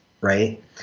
right